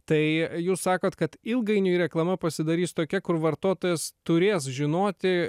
tai jūs sakot kad ilgainiui reklama pasidarys tokia kur vartotojas turės žinoti